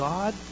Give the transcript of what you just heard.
God